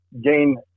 gain